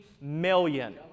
million